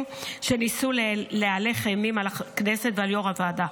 שניסו להלך אימים על הכנסת ועל יו"ר הוועדה,